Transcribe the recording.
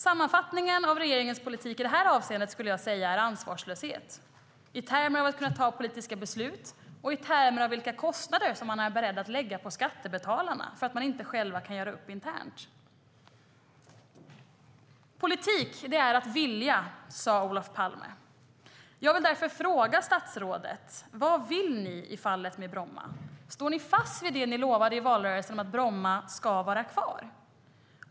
Sammanfattningen av regeringens politik i det här avseendet skulle jag säga är ansvarslöshet, i termer av att kunna ta politiska beslut och i termer av vilka kostnader man är beredd att lägga på skattebetalarna för att man inte själv kan göra upp internt. Politik är att vilja, sade Olof Palme. Jag vill därför fråga statsrådet vad ni vill i fallet med Bromma. Står ni fast vid det ni lovade i valrörelsen, nämligen att Bromma ska vara kvar?